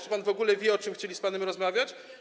Czy pan w ogóle wie, o czym chcieli z panem rozmawiać?